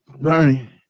Bernie